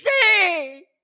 see